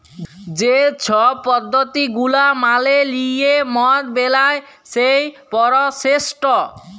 যে ছব পদ্ধতি গুলা মালে লিঁয়ে মদ বেলায় সেই পরসেসট